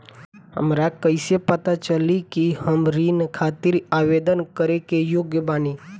हमरा कईसे पता चली कि हम ऋण खातिर आवेदन करे के योग्य बानी?